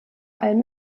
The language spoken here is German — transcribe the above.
allem